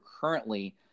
currently